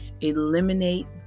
eliminate